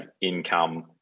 income